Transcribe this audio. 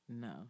No